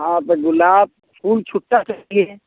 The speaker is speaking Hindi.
हाँ तो गुलाब फूल छुट्टा चाहिए